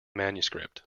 manuscript